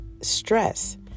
stress